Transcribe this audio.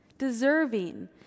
deserving